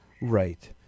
Right